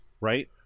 right